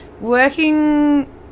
Working